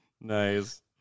Nice